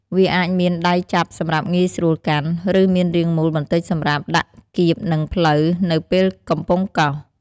វាអាចមានដៃចាប់សម្រាប់ងាយស្រួលកាន់ ឬមានរាងមូលបន្តិចសម្រាប់ដាក់គៀបនឹងភ្លៅនៅពេលកំពុងកោស។